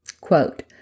quote